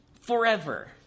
forever